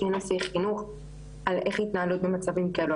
שיהיה נושא חינוך על איך להתנהל במצבים כאלו.